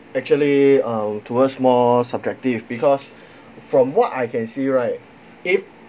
actually um towards more subjective because from what I can see right if